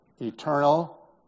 eternal